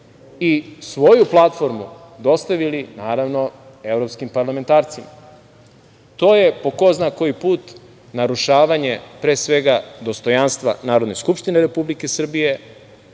i svoju platformu dostavili, naravno, evropskim parlamentarcima. To je, po ko zna koji put, narušavanje pre svega dostojanstva Narodne skupštine Republike Srbije.